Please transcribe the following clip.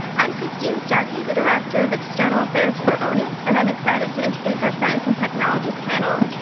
i'm christine starkey, the director of external affairs for own it and i'm excited to introduce our science and technology panel,